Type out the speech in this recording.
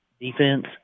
defense